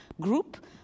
group